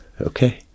okay